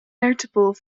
notable